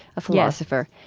a philosopher.